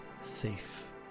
safe